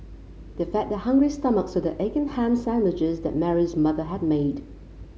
they fed their hungry stomachs with the egg and ham sandwiches that Mary's mother had made